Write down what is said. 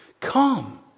Come